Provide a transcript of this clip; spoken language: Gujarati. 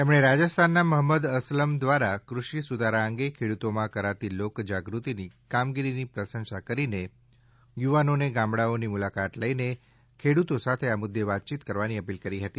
તેમણે રાજસ્થાનના મહંમદ અસલમ દ્વારા કૃષિ સુધારા અંગે ખેડૂતોમાં કરાતી લોકજાગૃતીની કામગીરીની પ્રશંસા કરીને યુવાનોને ગામડાઓની મુલાકાત લઈને ખેડૂતો સાથે આ મુદ્દે વાતચીત કરવાની અપીલ કરી હતી